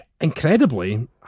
Incredibly